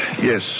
Yes